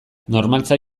normaltzat